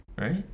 right